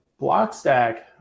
Blockstack